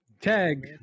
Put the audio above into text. Tag